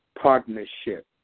partnership